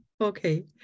Okay